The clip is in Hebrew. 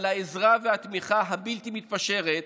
על העזרה והתמיכה הבלתי-מתפשרת.